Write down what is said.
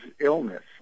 illness